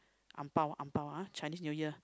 ang-bao ang-bao Chinese-New-Year